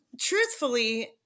truthfully